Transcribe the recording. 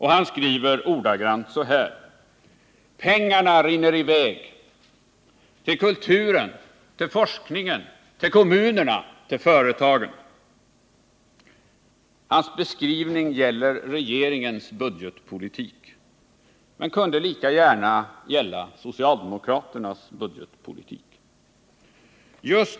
Han skriver: ”pengarna rinner iväg — till kulturen, till forskningen, till kommunerna, till företagen”. Hans beskrivning gäller regeringens budgetpolitik men kunde lika gärna gälla socialdemokraternas budgetpolitik.